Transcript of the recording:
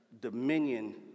dominion